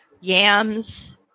yams